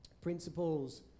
Principles